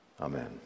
Amen